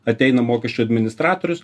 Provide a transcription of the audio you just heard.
ateina mokesčių administratorius